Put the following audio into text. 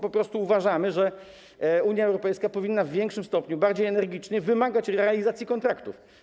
Po prostu uważamy, że Unia Europejska powinna w większym stopniu bardziej energicznie wymagać realizacji kontraktów.